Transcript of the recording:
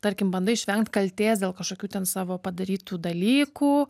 tarkim bandai išvengt kaltės dėl kažkokių ten savo padarytų dalykų